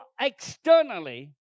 externally